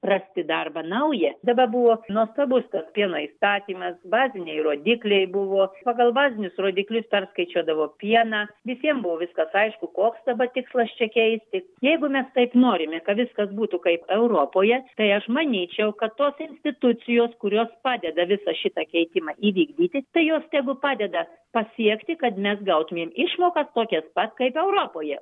rasti darbą naują daba buvo nuostabus tas pieno įstatymas baziniai rodikliai buvo pagal bazinius rodiklius perskaičiuodavo pieną visiem buvo viskas aišku koks daba tikslas čia keisti jeigu mes taip norime ka viskas būtų kaip europoje tai aš manyčiau kad tos institucijos kurios padeda visą šitą keitimą įvykdyti tai jos tegu padeda pasiekti kad mes gautumėm išmokas tokias pat kaip europoje